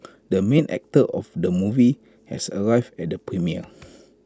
the main actor of the movie has arrived at the premiere